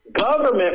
government